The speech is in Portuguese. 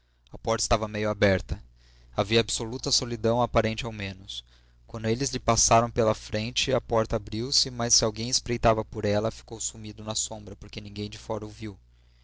a porta estava meio aberta havia absoluta solidão aparente ao menos quando eles lhe passaram pela frente a porta abriu-se mas se alguém espreitava por ela ficou sumido na sombra porque ninguém de fora